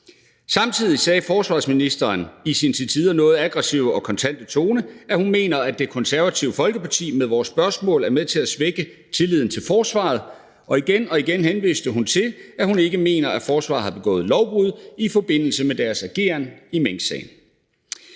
Samtidig sagde forsvarsministeren i sin til tider noget aggressive og kontante tone, at hun mener, at Det Konservative Folkeparti med vores spørgsmål er med til at svække tilliden til forsvaret. Og igen og igen henviste hun til, at hun ikke mener, at forsvaret har begået lovbrud i forbindelse med deres ageren i minksagen.